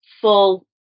full